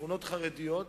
שכונות חרדיות,